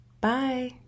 Bye